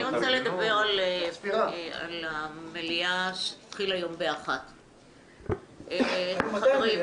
אני רוצה לדבר על המליאה שתתחיל היום ב- 13:00. חברים,